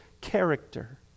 character